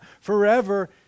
forever